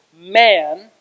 man